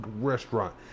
restaurant